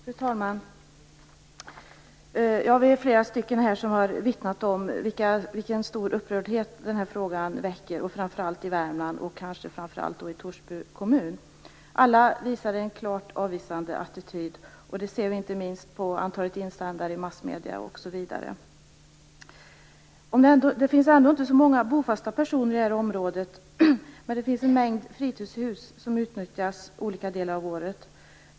Fru talman! Vi är flera som har vittnat om vilken stor upprördhet den här frågan väcker, framför allt i Värmland och kanske mest i Torsby kommun. Alla visar en klart avvisande attityd. Det ser vi inte minst på antalet insändare i massmedierna osv. Det finns inte så många bofasta personer i det här området, men det finns en mängd fritidshus som utnyttjas olika delar av året.